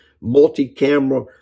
multi-camera